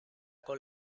con